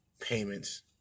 payments